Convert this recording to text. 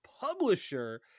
publisher